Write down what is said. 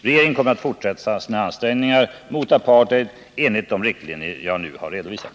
Regeringen kommer att fortsätta sina ansträngningar mot apartheid enligt de riktlinjer jag nu har redovisat.